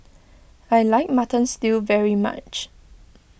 I like Mutton Stew very much